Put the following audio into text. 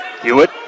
Hewitt